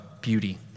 beauty